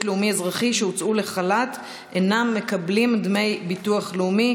לאומי-אזרחי שהוצאו לחל"ת אינם מקבלים דמי ביטוח לאומי,